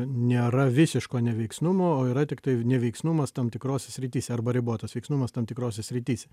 nėra visiško neveiksnumo o yra tiktai neveiksnumas tam tikrose srityse arba ribotas veiksnumas tam tikrose srityse